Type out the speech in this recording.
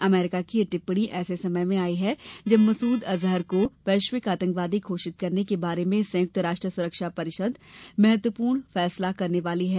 अमरीका की यह टिप्पणी ऐसे समय में आई है जब मसद अजहर को वैश्विक आतंकवादी घोषित करने के बारे में संयुक्त राष्ट्र सुरक्षा परिषद महत्वपूर्ण फैसला करने वाली है